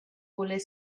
voler